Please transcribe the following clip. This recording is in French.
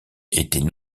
étaient